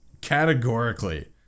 Categorically